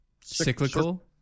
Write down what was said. Cyclical